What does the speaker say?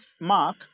Mark